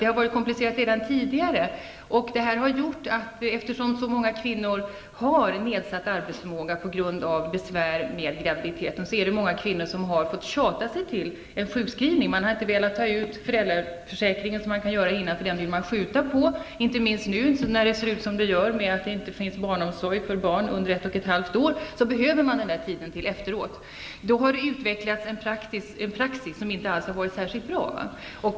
Det har redan tidigare varit komplicerat. Eftersom så många kvinnor har nedsatt arbetsförmåga på grund av besvär under graviditeten har många kvinnor fått tjata sig till en sjukskrivning. Man har inte velat ta ut den föräldraförsäkring man har rätt till innan barnets födelse, utan den ledigheten vill man skjuta fram. Inte minst nu när det ser ut som det gör och det inte finns barnomsorg för barn under ett och ett halvt års ålder behöver man den tiden efter det att barnet fötts. Det har då utvecklats en praxis som inte alls är särskilt bra.